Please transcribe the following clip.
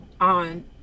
on